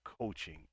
coaching